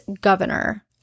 governor